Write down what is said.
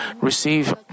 receive